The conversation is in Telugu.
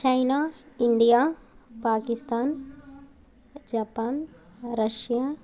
China India Pakistan Japan Russia